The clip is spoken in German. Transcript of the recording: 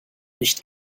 nicht